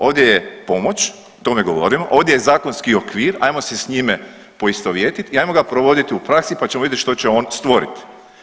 Ovdje je pomoć, to ne govorimo, ovdje je zakonski okvir, ajmo se s njime poistovjetiti i ajmo ga provoditi u praksi pa ćemo vidjeti što će on stvoriti.